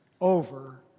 over